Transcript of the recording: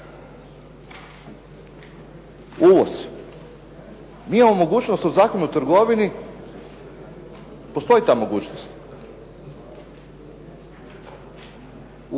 Uvoz. Mi imamo mogućnost u Zakonu o trgovini, postoji ta mogućnost,